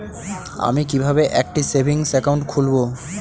আমি কিভাবে একটি সেভিংস অ্যাকাউন্ট খুলব?